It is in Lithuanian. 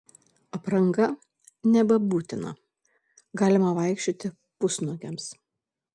apranga nebebūtina galima vaikščioti pusnuogiams